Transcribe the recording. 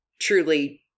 truly